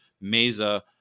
Mesa